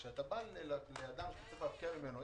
כשאתה בא לאדם שצריך להפקיע ממנו,